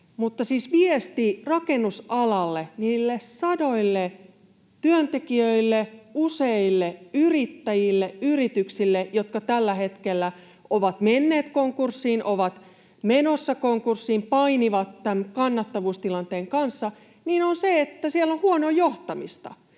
salista. Siis viesti rakennusalalle, niille sadoille työntekijöille, useille yrittäjille, yrityksille, jotka tällä hetkellä ovat menneet konkurssiin, ovat menossa konkurssiin, painivat tämän kannattavuustilanteen kanssa, on se, että siellä on huonoa johtamista